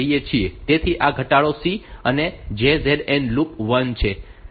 તેથી આ ઘટાડો C અને JZN લૂપ 1 છે